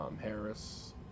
Harris